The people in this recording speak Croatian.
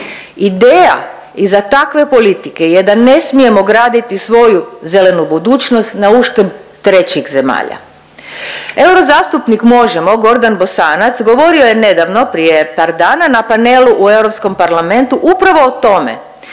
Ideja za takve politike je da ne smijemo graditi svoju zelenu budućnost na uštrb trećih zemalja. Eurozastupnik Možemo! Gordan Bosanac govorio je nedavno prije par dana na panelu u Europskom parlamentu upravo o tome